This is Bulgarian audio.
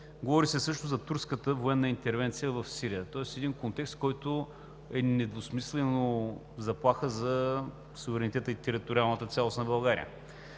Говори се също за турската военна интервенция в Сирия, тоест един контекст, който е недвусмислена заплаха за суверенитета и териториалната цялост на България.